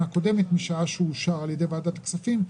הקודמת משעה שהוא אושר על ידי ועדת הכספים.